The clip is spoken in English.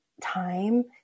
time